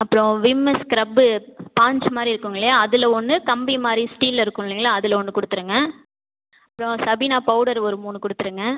அப்புறோம் Vim scrub sponge மாதிரி இருக்குதுங்க இல்லையா அதில் ஒன்று கம்பி மாதிரி ஸ்டீல்லில் இருக்கும் இல்லைங்களா அதில் ஒன்று கொடுத்துருங்க அப்புறோம் சபீனா பவுடர் ஒரு மூணு கொடுத்துருங்க